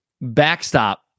backstop